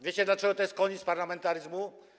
Wiecie, dlaczego to jest koniec parlamentaryzmu?